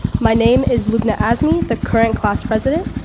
my name is lugna azmi, the current class president.